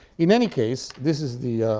in any case, this is the